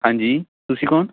ਹਾਂਜੀ ਤੁਸੀਂ ਕੌਣ